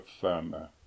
firmer